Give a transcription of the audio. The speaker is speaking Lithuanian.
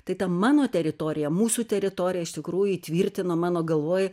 tai tą mano teritoriją mūsų teritoriją iš tikrųjų įtvirtino mano galvoj